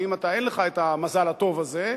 ואם אתה, אין לך את המזל הטוב הזה,